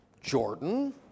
Jordan